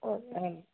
ம் ஆ